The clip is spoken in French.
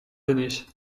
années